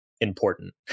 Important